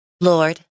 Lord